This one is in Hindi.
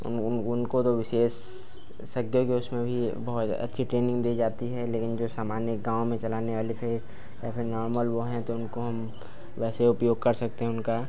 उन उन उनको तो विशेष ज्ञों के उसमें भी बहुत जा अच्छी ट्रेनिंग दी जाती है लेकिन जो सामान्य गाँव में चलाने वाले फिर या फिर नॉर्मल वह हैं तो उनको हम वैसे उपयोग कर सकते हैं उनका